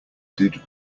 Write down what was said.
did